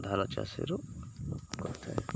ଧାନ ଚାଷରୁ ହୋଇଥାଏ